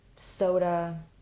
soda